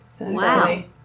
Wow